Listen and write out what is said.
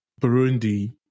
Burundi